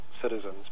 citizens